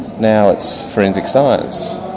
now it's forensic science,